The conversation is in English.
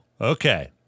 Okay